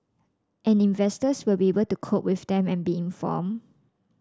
and investors will be able to cope with them and be inform